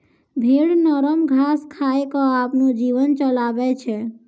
भेड़ नरम घास खाय क आपनो जीवन चलाबै छै